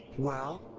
well,